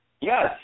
Yes